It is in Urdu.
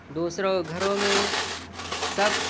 دوسروں کے گھروں میں سب